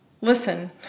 listen